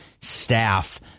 staff